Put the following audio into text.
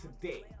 today